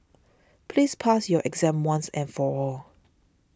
please pass your exam once and for all